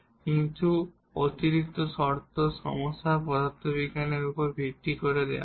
কিছু অতিরিক্ত শর্ত সমস্যা টার্মা বিজ্ঞানের উপর ভিত্তি করে দেওয়া হয়